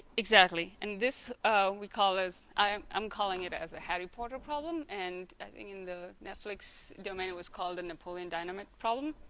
exactly and this we call as i'm calling it as a harry potter problem and i think in the netflix domain was called a napoleon dynamite problem.